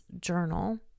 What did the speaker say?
journal